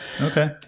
okay